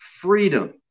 freedom